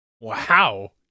wow